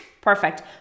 perfect